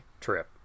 trip